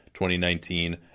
2019